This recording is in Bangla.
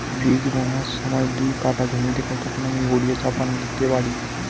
বীজ বোনার সময় দু কাঠা জমিতে কত গ্রাম ইউরিয়া চাপান দিতে পারি?